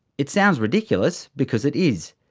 it sounds ridiculous, because it is.